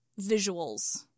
visuals